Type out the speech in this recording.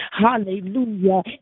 Hallelujah